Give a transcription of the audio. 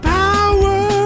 power